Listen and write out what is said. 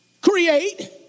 Create